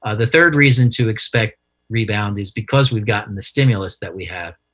ah the third reason to expect rebound is because we've gotten the stimulus that we have.